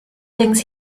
things